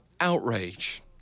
outrage